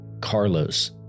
Carlos